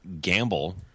gamble